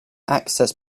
access